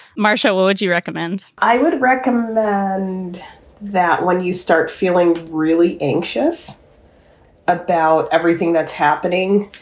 marcia, what would you recommend? i would recommend that and that when you start feeling really anxious about everything that's happening,